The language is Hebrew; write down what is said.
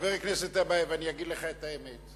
חבר הכנסת טיבייב, אני אגיד לך את האמת: